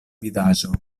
vidaĵo